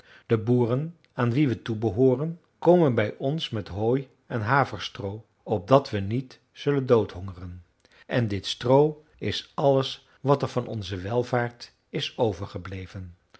de boeren aan wie we toebehooren komen bij ons met hooi en haverstroo opdat we niet zullen doodhongeren en dit stroo is alles wat er van onze welvaart is overgebleven